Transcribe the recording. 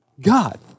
God